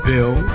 Bill